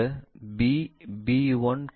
எனவே இந்த A A 1 நாம் அதைக் காணலாம்